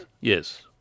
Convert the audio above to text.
Yes